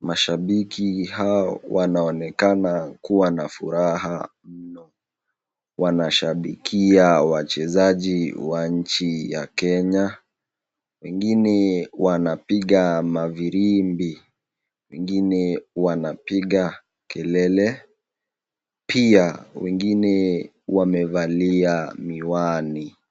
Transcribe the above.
mashabiki hao wanaonekana kuwa na furaha mno, wanashabikia wachezaji wa nchi ya Kenya wengine wanapiga mafirimbi, wengine wanapiga kelele, pia wengine wamevalia miwani.